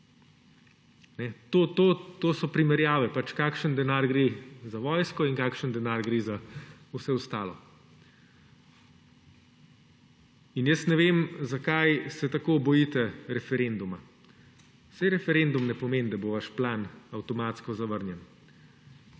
To so primerjave, kakšen denar gre za vojsko in kakšen denar gre za vse ostalo. Ne vem, zakaj se tako bojite referenduma. Saj referendum ne pomeni, da bo vaš plan avtomatsko zavrnjen.